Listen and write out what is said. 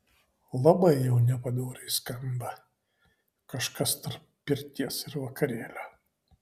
labai jau nepadoriai skamba kažkas tarp pirties ir vakarėlio